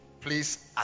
Please